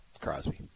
Crosby